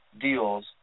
deals